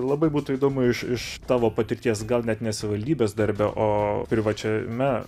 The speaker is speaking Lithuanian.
labai būtų įdomu iš iš tavo patirties gal net ne savivaldybės darbe o privačiame